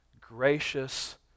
gracious